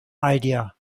idea